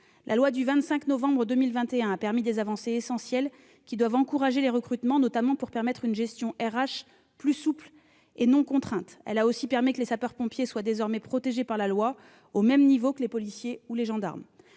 La loi Matras a permis des avancées essentielles qui doivent encourager les recrutements, notamment pour permettre une gestion en ressources humaines plus souple, non contrainte. Elle a aussi permis que les sapeurs-pompiers soient désormais protégés par la loi au même niveau que les policiers ou les gendarmes.